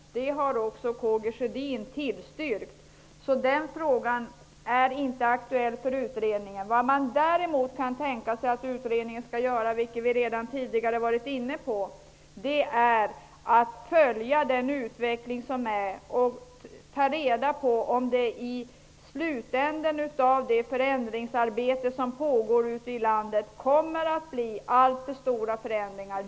Det har också K G Sjödin tillstyrkt. Den frågan är inte aktuell för utredningen. Däremot kan man tänka sig -- det har vi redan varit inne på tidigare -- att utredningen skall följa den utveckling som sker och ta reda på om det i slutänden av det förändringsarbete som pågår ute i landet kommer att bli alltför stora förändringar.